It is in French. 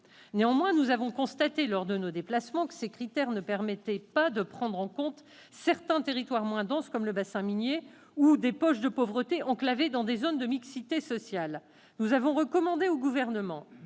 Néanmoins, nous avons constaté lors de nos déplacements que ces critères ne permettaient pas de prendre en compte certains territoires moins denses, comme le bassin minier, ou des poches de pauvreté enclavées dans des zones de mixité sociale. Nous avons recommandé au Gouvernement